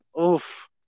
Oof